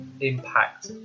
impact